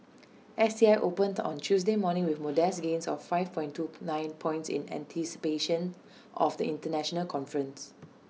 S T I opened on Tuesday morning with modest gains of five point two nine points in anticipation of the International conference